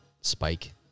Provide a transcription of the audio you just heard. spike